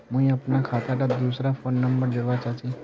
मुई अपना खाता डात दूसरा फोन नंबर जोड़वा चाहची?